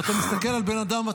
ואתה מסתכל על בן אדם,